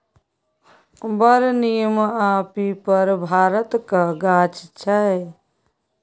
बर, नीम आ पीपर भारतक गाछ छै